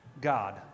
God